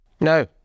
No